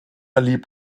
liebt